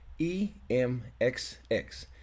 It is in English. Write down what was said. EMXX